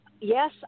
Yes